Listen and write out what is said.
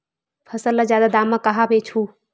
फसल ल जादा दाम म कहां बेचहु?